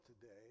today